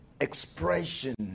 expression